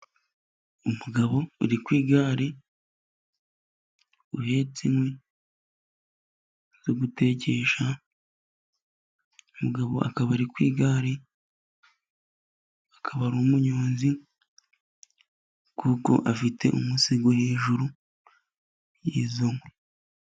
Umugabo uri kwiga uhetse inkwi zogutekesha, umugabo akaba ari ku igare ,akaba ari umunyonzi, kuko afite umusego hejuru y'inkwi.